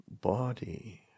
body